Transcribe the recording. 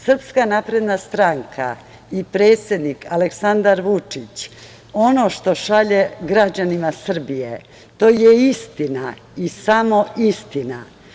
Srpska napredna stranka i predsednik Aleksandar Vučić, ono što šalju građanima Srbije je istina i samo istina.